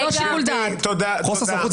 תודה.